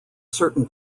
certain